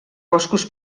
boscos